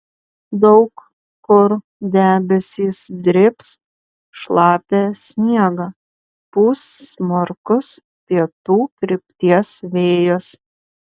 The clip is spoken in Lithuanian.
daug kur debesys drėbs šlapią sniegą pūs smarkus pietų krypties vėjas